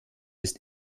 ist